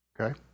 Okay